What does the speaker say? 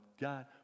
God